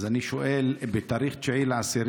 אז אני שואל: בתאריך 9 באוקטובר,